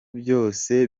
byose